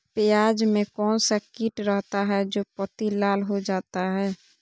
प्याज में कौन सा किट रहता है? जो पत्ती लाल हो जाता हैं